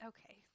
Okay